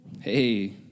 Hey